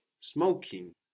smoking